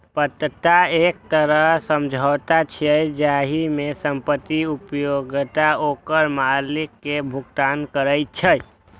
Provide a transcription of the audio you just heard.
पट्टा एक तरह समझौता छियै, जाहि मे संपत्तिक उपयोगकर्ता ओकर मालिक कें भुगतान करै छै